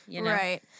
right